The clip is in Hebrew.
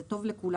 זה טוב לכולנו.